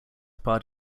part